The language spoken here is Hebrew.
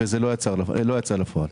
וזה לא יצא לפועל.